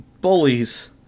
bullies